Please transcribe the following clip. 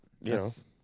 Yes